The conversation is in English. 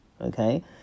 Okay